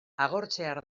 agortzear